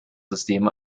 system